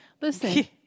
Listen